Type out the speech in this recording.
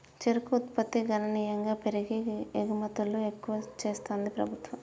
చెరుకు ఉత్పత్తి గణనీయంగా పెరిగి ఎగుమతులు ఎక్కువ చెస్తాంది ప్రభుత్వం